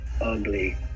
ugly